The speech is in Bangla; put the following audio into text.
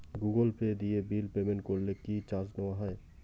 গুগল পে দিয়ে বিল পেমেন্ট করলে কি চার্জ নেওয়া হয়?